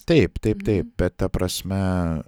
taip taip taip bet ta prasme